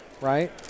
right